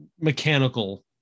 mechanical